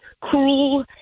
cruel